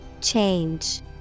change